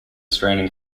straining